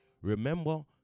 Remember